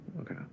Okay